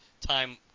time